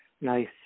nice